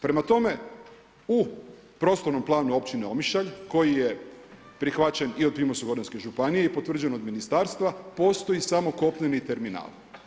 Prema tome, u prostornom planu općine Omišalj koji je prihvaćen i od Primorsko-goranske županije i potvrđen od ministarstva, postoji samo kopneni terminal.